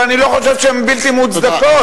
ואני לא חושב שהן בלתי מוצדקות.